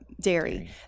dairy